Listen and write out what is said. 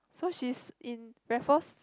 so she is in Raffles